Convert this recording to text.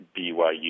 BYU